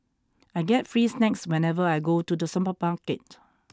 I get free snacks whenever I go to the supermarket